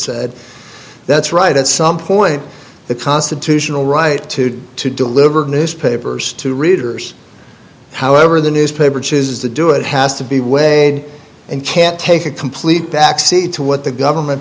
said that's right at some point the constitutional right to do to deliver newspapers to readers however the newspaper chooses to do it has to be weighed and can't take a complete backseat to what the government